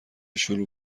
شروع